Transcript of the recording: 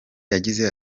yagize